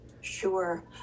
Sure